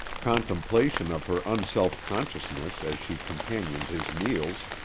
contemplation of her unself-consciousness as she companioned his meals,